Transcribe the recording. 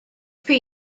pre